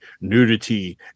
nudity